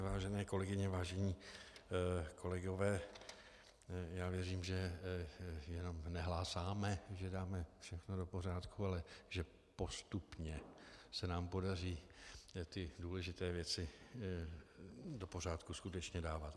Vážené kolegyně, vážení kolegové, já věřím, že jenom nehlásáme, že dáme všechno do pořádku, ale že postupně se nám podaří ty důležité věci do pořádku skutečně dávat.